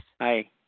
Hi